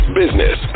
business